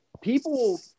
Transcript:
people